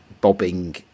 bobbing